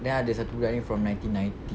then ada satu budak ni from nineteen ninety